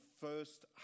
first